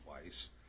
twice